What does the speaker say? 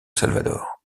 salvador